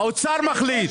האוצר מחליט.